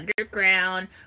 underground